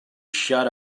shut